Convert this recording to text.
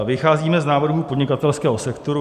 Vycházíme z návrhů podnikatelského sektoru.